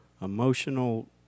emotional